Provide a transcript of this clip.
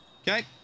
Okay